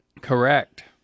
Correct